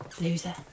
Loser